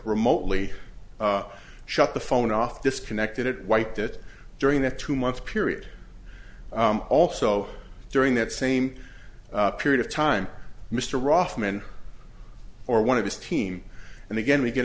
remotely shut the phone off disconnected it wiped it during the two month period also during that same period of time mr rahman or one of his team and again we get